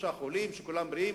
שלושה חולים שכולם בריאים,